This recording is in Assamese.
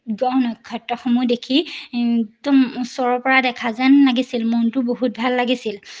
গ্ৰহ নক্ষত্ৰসমূহ দেখি একদম ওচৰৰ পৰা দেখা যেন লাগিছিল মনটো বহুত ভাল লাগিছিল